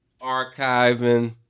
archiving